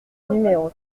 numéro